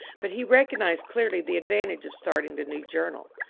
but he recognized clearly the advantage of starting the new journal.